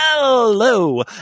Hello